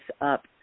up